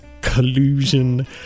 collusion